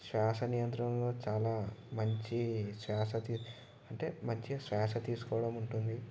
శ్వాస నియంత్రణలో చాలా మంచి శ్వాస తీ అంటే మంచిగా శ్వాస తీసుకోవడం ఉంటుంది